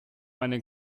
eine